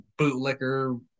bootlicker